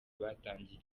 batangiye